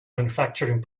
manufacturing